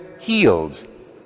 healed